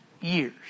years